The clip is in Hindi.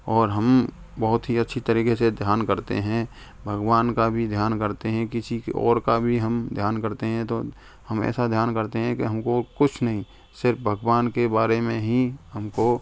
और हम बहुत ही अच्छी तरीके से ध्यान करते हैं भगवान का भी ध्यान करते हैं किसी के और का भी हम ध्यान करते हैं तो हमेशा ध्यान करते हैं कि हमको कुछ नहीं सिर्फ भगवान के बारे में हीं हमको